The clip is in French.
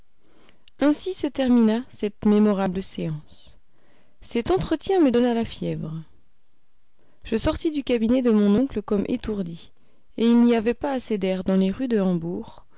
ainsi se termina cette mémorable séance cet entretien me donna la fièvre je sortis du cabinet de mon oncle comme étourdi et il n'y avait pas assez d'air dans les rues de hambourg